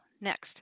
next